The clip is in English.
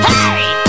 Hey